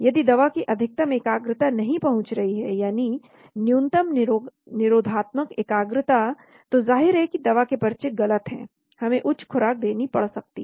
यदि दवा की अधिकतम एकाग्रता नहीं पहुंच रही है यानी न्यूनतम निरोधात्मक एकाग्रता तो जाहिर है कि दवा के पर्चे गलत हैं हमें उच्च खुराक देनी पड़ सकती है